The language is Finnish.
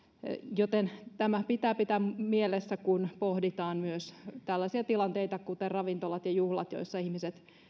joten tämä pitää pitää mielessä kun pohditaan myös tällaisia tilanteita kuten ravintolat ja juhlat joissa ihmiset